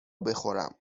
بخورم